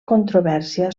controvèrsia